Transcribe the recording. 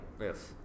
yes